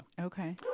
Okay